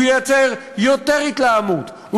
הוא ייצר יותר התלהמות,